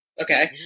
Okay